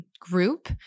group